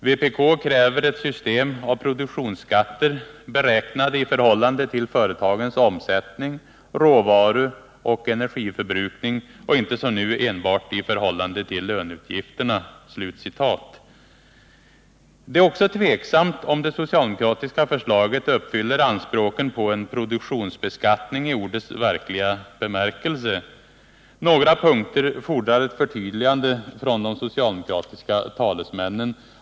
Vpk kräver ett system av produktionsskatter, beräknade i förhållande till företagens omsättning, råvaruoch energiförbrukning och inte som nu enbart i förhållande till löneutgifterna.” Det är också tveksamt om det socialdemokratiska förslaget uppfyller anspråken på en produktionsbeskattning i ordets verkliga bemärkelse. Några punkter fordrar ett förtydligande från de socialdemokratiska talesmännen.